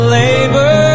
labor